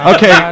Okay